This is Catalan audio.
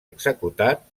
executat